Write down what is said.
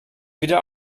wieder